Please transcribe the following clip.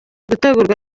gutegurwa